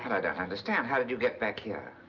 i don't understand. how did you get back here?